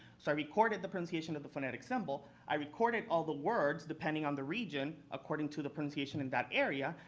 so i recorded the pronunciation of the phonetic symbol. i recorded all the words depending on the region, according to the pronunciation in that area.